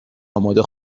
آماده